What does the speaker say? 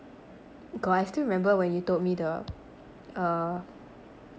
god I still remember when you told me the uh